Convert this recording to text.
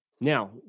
Now